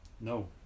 No